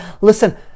Listen